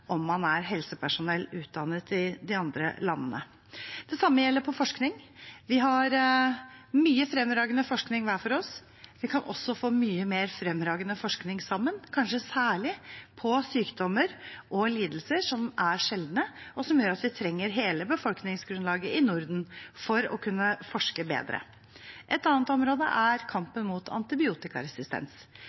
om man er helsepersonell utdannet i de andre landene. Det samme gjelder forskning. Vi har mye fremragende forskning hver for oss. Vi kan også få mye mer fremragende forskning sammen, kanskje særlig på sjeldne sykdommer og lidelser. Dette gjør at vi trenger hele befolkningsgrunnlaget i Norden for å kunne forske bedre. Et annet område er kampen mot antibiotikaresistens.